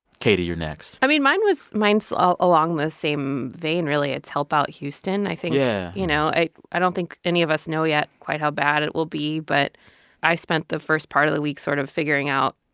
katie, you're next i mean, mine was mine's ah along the same vein, really. it's help out houston. i think, yeah you know i i don't think any of us know yet quite how bad it will be. but i spent the first part of the week sort of figuring out,